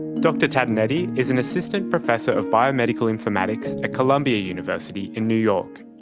dr tatonetti is an assistant professor of biomedical informatics at columbia university in new york.